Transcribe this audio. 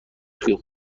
توی